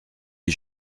les